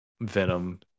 Venom